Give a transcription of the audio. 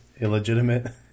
Illegitimate